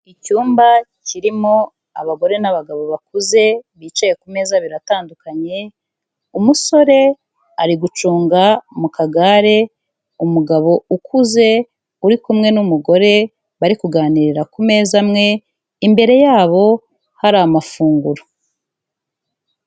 Icyumba kirimo abagore n'abagabo bakuze bicaye ku meza abiri atandukanye, umusore ari gucunga mu kagare umugabo ukuze uri kumwe n'umugore bari kuganira ku meza amwe, imbere y'abo hari amafunguro.